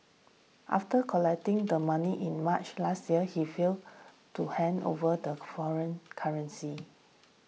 after collecting the money in March last year he failed to hand over the foreign currency